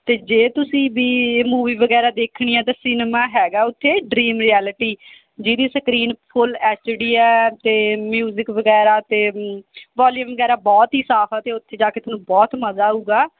ਅਤੇ ਜੇ ਤੁਸੀਂ ਵੀ ਮੂਵੀ ਵਗੈਰਾ ਦੇਖਣੀ ਆ ਤਾਂ ਸਿਨੇਮਾ ਹੈਗਾ ਉੱਥੇ ਡਰੀਮ ਰਿਐਲਿਟੀ ਜਿਹੜੀ ਸਕਰੀਨ ਫੁੱਲ ਐੱਚ ਡੀ ਆ ਅਤੇ ਮਿਊਜ਼ਿਕ ਵਗੈਰਾ ਅਤੇ ਵੋਲੀਅਮ ਵਗੈਰਾ ਬਹੁਤ ਹੀ ਸਾਫ਼ ਆ ਅਤੇ ਉੱਥੇ ਜਾ ਕੇ ਤੁਹਾਨੂੰ ਬਹੁਤ ਮਜ਼ਾ ਆਊਗਾ